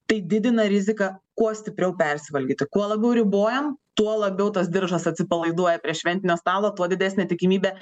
tai didina riziką kuo stipriau persivalgyti kuo labiau ribojam tuo labiau tas diržas atsipalaiduoja prie šventinio stalo tuo didesnė tikimybė